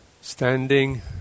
standing